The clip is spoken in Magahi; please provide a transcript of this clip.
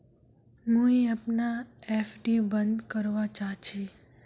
मुई अपना एफ.डी बंद करवा चहची